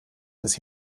dass